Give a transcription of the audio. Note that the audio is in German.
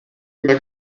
mehr